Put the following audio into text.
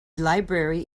library